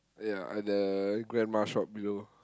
ya at the grandma shop below